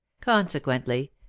consequently